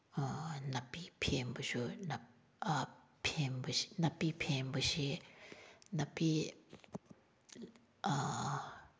ꯅꯥꯄꯤ ꯄꯦꯡꯕꯁꯨ ꯅꯥꯄꯤ ꯄꯦꯡꯕꯁꯦ ꯅꯥꯄꯤ